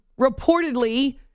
reportedly